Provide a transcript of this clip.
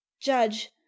judge